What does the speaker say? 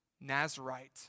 Nazarite